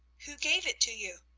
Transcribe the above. who gave it to you?